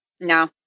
No